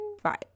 Five